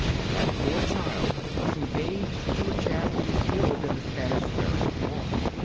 that poor child was engaged to a chap who was killed in the spanish-american war,